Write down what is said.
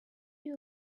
you